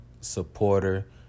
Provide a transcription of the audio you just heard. supporter